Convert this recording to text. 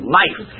life